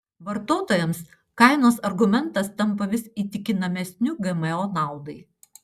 vartotojams kainos argumentas tampa vis įtikinamesniu gmo naudai